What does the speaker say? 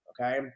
okay